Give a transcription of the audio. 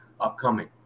upcoming